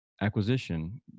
acquisition